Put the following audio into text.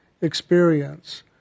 experience